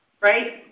right